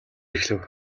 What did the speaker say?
эхлэв